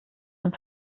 zum